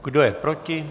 Kdo je proti?